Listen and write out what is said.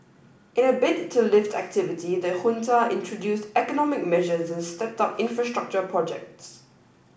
in a bid to lift activity the junta introduced economic measures and stepped up infrastructure projects